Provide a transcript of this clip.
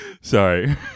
Sorry